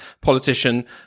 politician